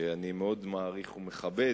שאני מאוד מעריך ומכבד,